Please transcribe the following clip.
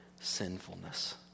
sinfulness